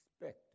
expected